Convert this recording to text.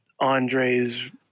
Andre's